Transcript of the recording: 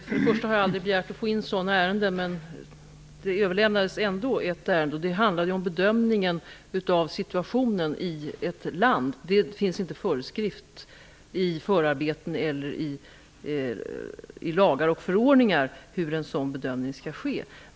Fru talman! Jag har aldrig begärt att få in sådana ärenden, men det överlämnades ändå ett ärende, som handlade om bedömningen av situationen i ett land. Det finns inte föreskrivet i förarbeten eller i lagar och förordningar hur en sådan bedömning skall ske.